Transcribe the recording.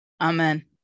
Amen